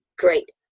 Great